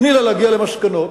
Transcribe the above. תני לה להגיע למסקנות.